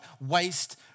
waste